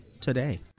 today